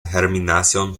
germinación